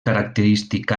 característic